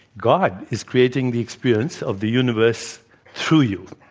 god is creating the experience of the universe through you.